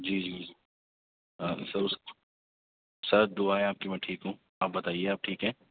جی جی ہاں سر اس کی سر دعا ہے آپ کی میں ٹھیک ہوں آپ بتائیے آپ ٹھیک ہیں